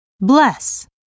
bless